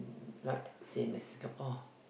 not same as Singapore